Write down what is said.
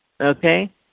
Okay